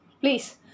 Please